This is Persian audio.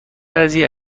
بعضی